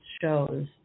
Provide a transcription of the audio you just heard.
shows